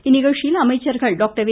இந்நிகழ்ச்சியில் அமைச்சர்கள் டாக்டர் வே